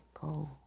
go